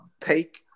take